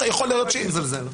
אל תזלזל.